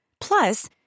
Plus